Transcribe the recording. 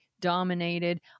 dominated